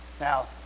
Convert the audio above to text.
Now